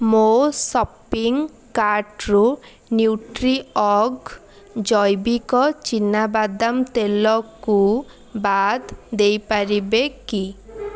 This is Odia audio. ମୋ ସପିଂ କାର୍ଟ୍ରୁ ନ୍ୟୁଟ୍ରିଅର୍ଗ ଜୈବିକ ଚିନାବାଦାମ ତେଲକୁ ବାଦ୍ ଦେଇପାରିବେ କି